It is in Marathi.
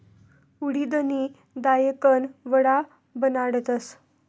उडिदनी दायकन वडा बनाडतस